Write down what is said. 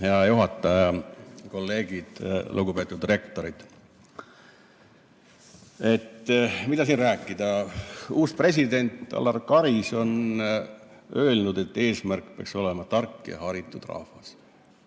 Hea juhataja! Kolleegid! Lugupeetud rektorid! Mida siin rääkida? Uus president Alar Karis on öelnud, et eesmärk peaks olema tark ja haritud rahvas.